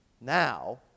Now